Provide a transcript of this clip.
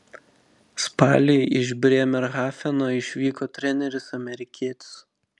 spalį iš brėmerhafeno išvyko treneris amerikietis